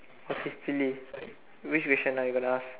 what's this silly which question are you going to ask